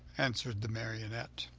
answered the marionette.